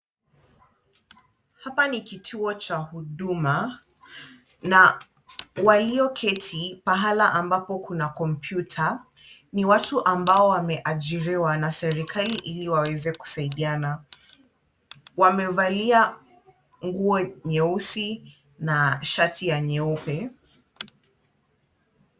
Hapa kituo cha huduma na walioketi pahala ambapo kuna kompyuta ni watu ambao wameaniriwa na serikali ili waweze kusaidiana. Wamevalia nguo nyeusi na shati ya nyeupe.